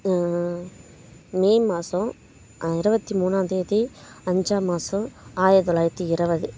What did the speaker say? மே மாதம் இருவத்தி மூணாம் தேதி அஞ்சாம் மாதம் ஆயிரத்து தொள்ளாயிரத்து இருவது